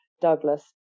Douglas